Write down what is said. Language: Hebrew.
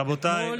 רבותיי,